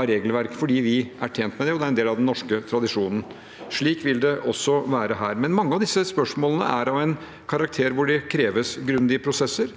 av regelverk, fordi vi er tjent med det, og det er en del av den norske tradisjonen. Slik vil det også være her. Mange av disse spørsmålene er av en karakter hvor det kreves grundige prosesser